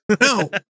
No